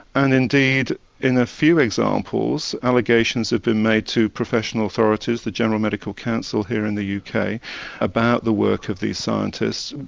and indeed in a few examples allegations have been made to professional authorities, the general medical council here in the yeah uk, about the work of these scientists,